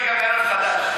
לצעוק, "ערב חדש".